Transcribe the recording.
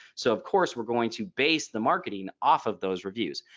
so of course we're going to base the marketing off of those reviews.